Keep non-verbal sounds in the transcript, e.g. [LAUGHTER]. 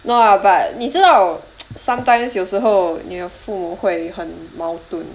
no lah but 你知道 [NOISE] sometimes 有时候你的父会很矛盾